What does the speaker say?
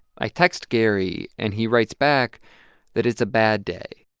i text gary, and he writes back that it's a bad day.